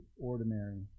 ordinary